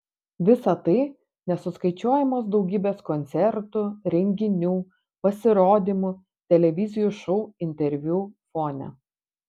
visa tai nesuskaičiuojamos daugybės koncertų renginių pasirodymų televizijų šou interviu fone